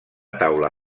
taula